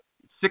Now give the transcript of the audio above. six